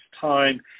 time